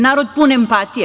Narod pun empatije.